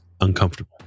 uncomfortable